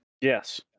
Yes